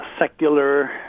secular